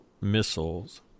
missiles